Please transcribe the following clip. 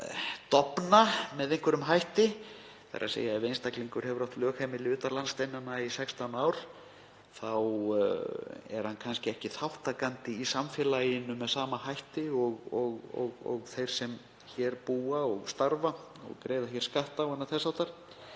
að dofna með einhverjum hætti. Ef einstaklingur hefur átt lögheimili utan landsteinanna í 16 ár er hann kannski ekki þátttakandi í samfélaginu með sama hætti og þeir sem hér búa og starfa og greiða hér skatta og annað þess háttar.